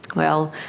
well,